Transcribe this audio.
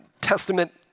Testament